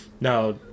Now